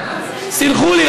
סלחו לי,